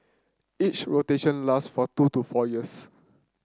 each rotation last for two to four years